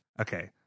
Okay